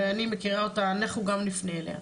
ואני מכירה אותה אנחנו גם נפנה אליה,